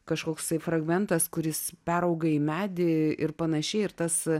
kažkoksai fragmentas kuris perauga į medį ir panašiai ir tas